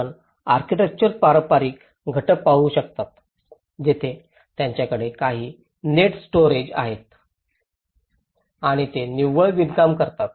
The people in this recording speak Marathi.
आपण आर्किटेक्चरचे पारंपारिक घटक पाहू शकता जिथे त्यांच्याकडे काही नेट स्टोरेजेस आहेत आणि ते निव्वळ विणकाम करतात